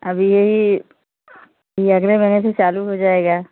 अब यही लगने महीने से चालू हो जाएगा